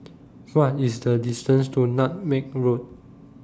What IS The distance to Nutmeg Road